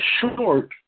short